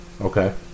Okay